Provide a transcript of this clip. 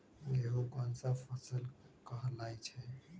गेहूँ कोन सा फसल कहलाई छई?